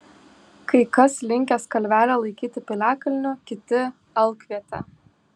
kai kas linkęs kalvelę laikyti piliakalniu kiti alkviete